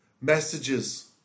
messages